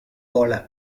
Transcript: போல